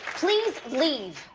please leave,